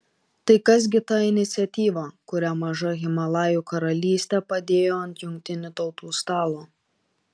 tai kas gi ta iniciatyva kurią maža himalajų karalystė padėjo ant jungtinių tautų stalo